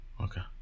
Okay